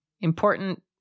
Important